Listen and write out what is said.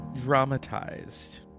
dramatized